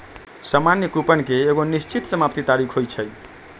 सामान्य कूपन के एगो निश्चित समाप्ति तारिख होइ छइ